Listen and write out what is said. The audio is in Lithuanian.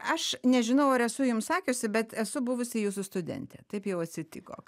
aš nežinau ar esu jums sakiusi bet esu buvusi jūsų studentė taip jau atsitiko